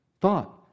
thought